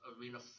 arena